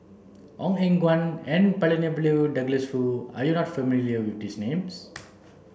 Ong Eng Guan N Palanivelu and Douglas Foo are you not familiar with these names